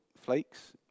flakes